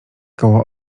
koło